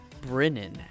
Brennan